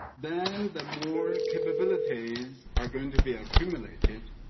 then the more capabilities are going to be accumulated.